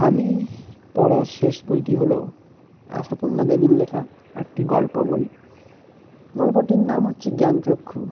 আমি পড়া শেষ বইটি হলো আশাপূর্ণা দেবীর লেখা একটি গল্প বই গল্পটির নাম হচ্ছে জ্ঞ্যানচক্ষু